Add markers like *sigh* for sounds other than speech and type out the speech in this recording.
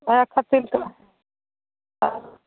ओएह कते *unintelligible*